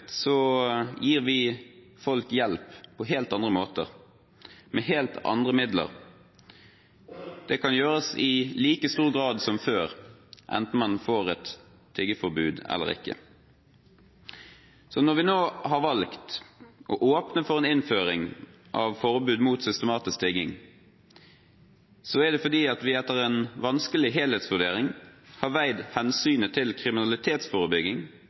så veldig solidarisk eller menneskelig. Tiggeforbud løser overhodet ikke fattigdomsproblemet, men det gjør virkelig ikke tigging heller. I et samfunn som det norske gir vi folk hjelp på helt andre måter, med helt andre midler. Det kan gjøres i like stor grad som før, enten man får et tiggeforbud eller ikke. Når vi nå har valgt å åpne for innføring av forbud mot systematisk tigging, er det fordi